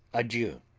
adieu